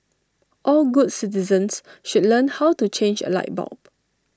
all good citizens should learn how to change A light bulb